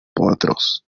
potros